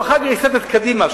הוא אחר כך ייסד את קדימה.